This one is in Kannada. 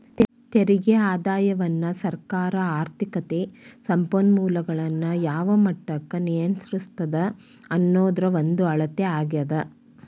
ತೆರಿಗೆ ಆದಾಯವನ್ನ ಸರ್ಕಾರ ಆರ್ಥಿಕತೆ ಸಂಪನ್ಮೂಲಗಳನ್ನ ಯಾವ ಮಟ್ಟಕ್ಕ ನಿಯಂತ್ರಿಸ್ತದ ಅನ್ನೋದ್ರ ಒಂದ ಅಳತೆ ಆಗ್ಯಾದ